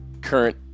current